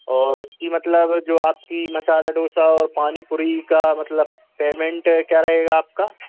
और उसकी मतलब जो आपकी मसाला डोसा और पानी पूड़ी का मतलब पेमेन्ट क्या रहेगा आपका